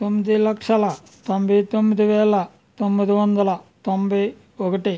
తొమ్మిది లక్షల తొంభై తొమ్మిది వేల తొమ్మిది వందల తొంభై ఒకటి